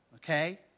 Okay